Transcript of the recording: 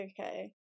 okay